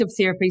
therapies